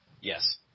Yes